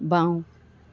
বাওঁ